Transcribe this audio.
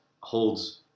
holds